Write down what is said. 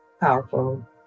powerful